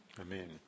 Amen